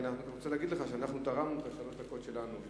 אבל אני רוצה להגיד לך שאנחנו תרמנו את שלוש הדקות שלנו,